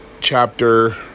chapter